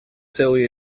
целый